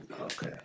Okay